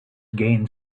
gained